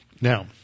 Now